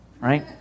right